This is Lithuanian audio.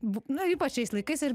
bu nu ypač šiais laikais ir